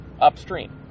upstream